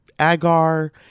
agar